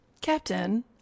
Captain